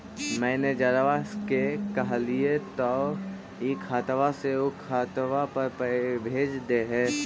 मैनेजरवा के कहलिऐ तौ ई खतवा से ऊ खातवा पर भेज देहै?